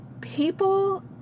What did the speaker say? people